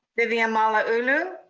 vivian malauulu.